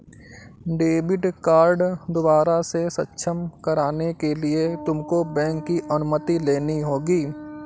debit card दोबारा से सक्षम कराने के लिए तुमको बैंक की अनुमति लेनी होगी